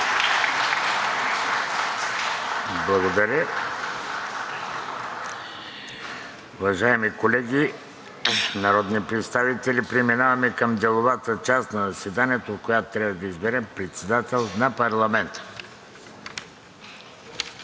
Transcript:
Благодаря. Уважаеми колеги народни представители, преминаваме към деловата част на заседанието, в която трябва да изберем председател на парламента.